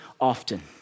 often